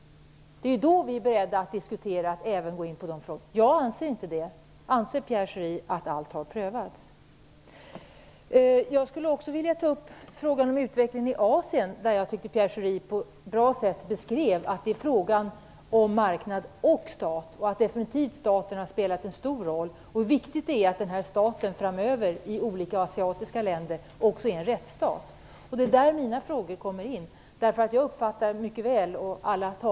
Det är ju då vi är beredda att diskutera. Jag anser inte det. Anser Pierre Schori att allt har prövats? Jag skulle också vilja ta upp frågan om utvecklingen i Asien. Jag tycker att Pierre Schori på ett bra sätt beskrev att det är fråga om marknad och stat. Staten har definitivt spelat en stor roll. Det är viktigt att staten i olika asiatiska länder framöver också är en rättsstat. Det är där mina frågor kommer in. Alla talar om det ekonomiska undret med tillväxt.